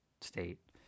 state